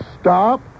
stop